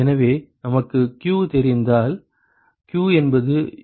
எனவே நமக்குத் q தெரிந்தால் q என்பது UA deltaTlmtd